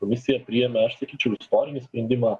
komisija priėmė aš sakyčiau istorinį sprendimą